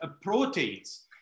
proteins